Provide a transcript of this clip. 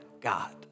God